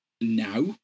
now